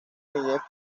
niñez